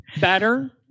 better